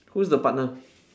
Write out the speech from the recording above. who's the partner